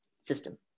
system